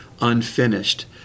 unfinished